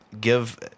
give